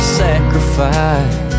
sacrifice